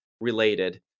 related